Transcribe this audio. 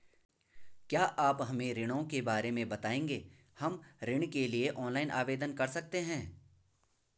क्या आप हमें ऋणों के प्रकार के बारे में बताएँगे हम ऋण के लिए ऑनलाइन आवेदन कर सकते हैं?